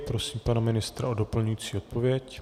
Prosím pana ministra o doplňující odpověď.